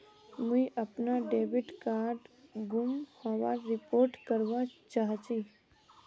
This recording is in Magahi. मुई अपना डेबिट कार्ड गूम होबार रिपोर्ट करवा चहची